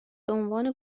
بهعنوان